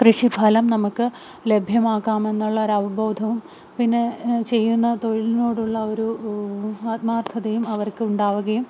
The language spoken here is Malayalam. കൃഷിഫലം നമുക്ക് ലഭ്യമാക്കാമെന്നുള്ള ഒരു അവബോധവും പിന്നെ ചെയ്യുന്ന തൊഴിലിനോടുള്ള ഒരു ആത്മാർഥതയും അവർക്കുണ്ടാവുകയും